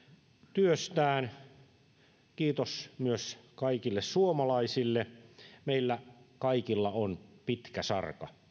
työstään kiitos myös kaikille suomalaisille meillä kaikilla on pitkä sarka